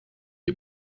die